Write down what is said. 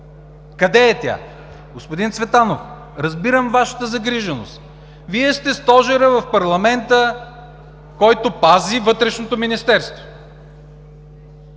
Къде е тя? Господин Цветанов, разбирам Вашата загриженост. Вие сте стожерът в парламента, който пази Вътрешното министерство.